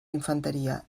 infanteria